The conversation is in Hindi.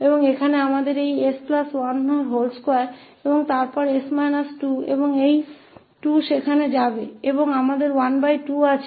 और यहाँ हमारे पास यह s12 और फिर 𝑠 − 2 और यह 2 वहाँ ऊपर जाएगा और हमारे पास 12 है